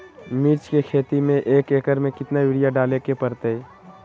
मिर्च के खेती में एक एकर में कितना यूरिया डाले के परतई?